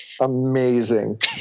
Amazing